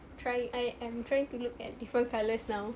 try I am trying to look at different colours now